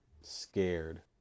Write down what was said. scared